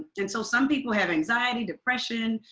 and so some people have anxiety, depression,